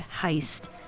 heist